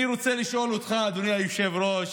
אני רוצה לשאול אותך, אדוני היושב-ראש